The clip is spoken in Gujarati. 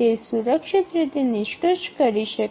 તે સુરક્ષિત રીતે નિષ્કર્ષ કરી શકાય